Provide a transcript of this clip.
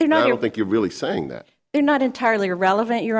you know i don't think you're really saying that they're not entirely irrelevant your